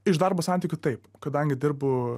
iš darbo santykių taip kadangi dirbu